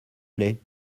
plait